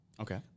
Okay